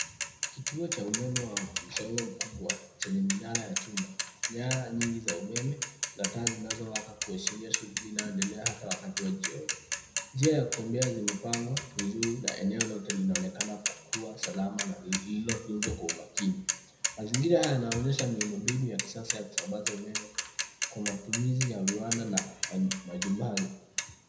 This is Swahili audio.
Kituo cha umeme wa msongo mkubwa, chenye minara ya chuma, nyaa nyingi za umeme na taa zinazowaka kuashiria shughuli inayoendelea hata wakati wa jioni. Njia ya kutembea zimepangwa vizuri na eneo lote linaonekana kukuwa salama na lililotuuzwa kwa umakini. Mazingira haya yanaonyesha miundombinu ya kisasa ya kusambaza umeme kwa matumizi ya viwanda na majumbani